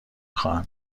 خواهم